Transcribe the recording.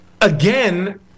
again